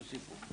תוסיפו,